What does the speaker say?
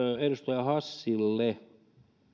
edustaja hassille